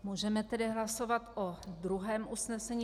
Můžeme tedy hlasovat o druhém usnesení.